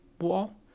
wall